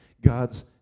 God's